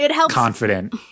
confident